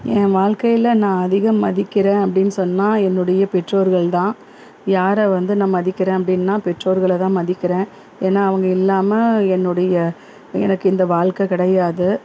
என் வாழ்க்கையில் நான் அதிகம் மதிக்கிறேன் அப்டின்னு சொன்னால் என்னுடைய பெற்றோர்கள் தான் யாரை வந்து நான் மதிக்கிறேன் அப்படின்னா பெற்றோர்களை தான் மதிக்கிறேன் ஏன்னா அவங்க இல்லாமல் என்னுடைய எனக்கு இந்த வாழ்க்கை கிடையாது